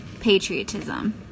patriotism